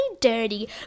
dirty